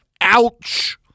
Ouch